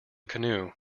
canoe